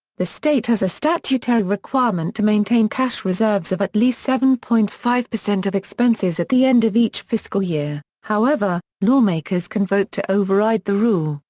the state has a statutory requirement to maintain cash reserves of at least seven point five of expenses at the end of each fiscal year, however, lawmakers can vote to override the rule,